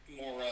more